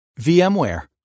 VMware